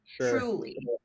truly